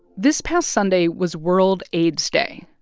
this past sunday was world aids day.